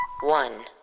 One